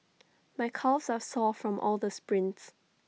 my calves are sore from all the sprints